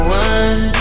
one